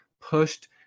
pushed